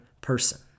person